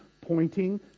pointing